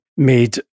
Made